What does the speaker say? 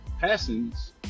Passings